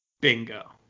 bingo